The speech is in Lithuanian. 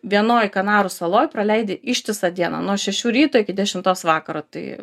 vienoj kanarų saloj praleidi ištisą dieną nuo šešių ryto iki dešimtos vakaro tai